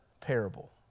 parable